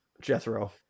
Jethro